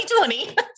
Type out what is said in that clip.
2020